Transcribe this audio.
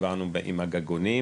דיברנו עם הגגונים,